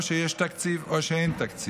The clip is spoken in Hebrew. או שיש תקציב, או שאין תקציב.